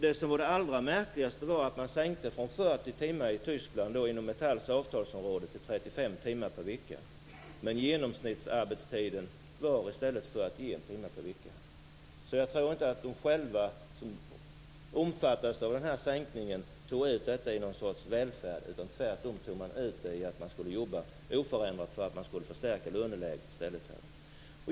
Det allra märkligaste var att man i Tyskland hade sänkt arbetstiden inom Metalls avtalsområde från 40 timmar till 35 Jag tror alltså inte att de som själva berördes av sänkningen tog ut denna i form av ökad välfärd. Tvärtom arbetade man i oförändrad omfattning för att förstärka löneläget.